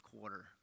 quarter